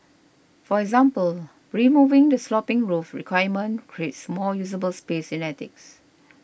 for example removing the sloping roof requirement creates more usable space in attics